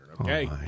okay